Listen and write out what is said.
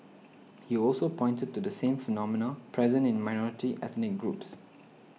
he also pointed to the same phenomena present in minority ethnic groups